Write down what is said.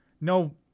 no